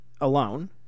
alone